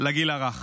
לגיל הרך.